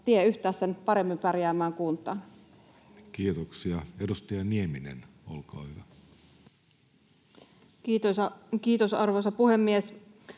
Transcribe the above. tie yhtään sen paremmin pärjäävään kuntaan. Kiitoksia. — Edustaja Nieminen, olkaa hyvä. Kiitos, arvoisa puhemies!